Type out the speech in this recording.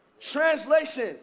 Translation